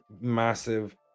massive